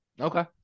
Okay